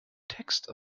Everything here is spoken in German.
text